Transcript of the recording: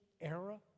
era